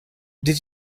did